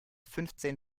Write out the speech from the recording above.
fünfzehn